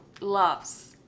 Love's